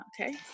okay